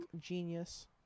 genius